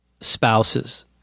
spouses